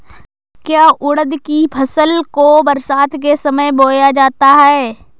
क्या उड़द की फसल को बरसात के समय बोया जाता है?